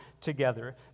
together